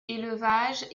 élevage